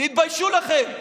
אתם מדברים איתי על עוברים.